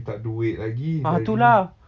minta duit lagi dari